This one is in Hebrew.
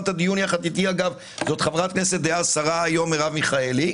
את הדיון דאז זו חברת הכנסת דאז השרה היום מרב מיכאלי,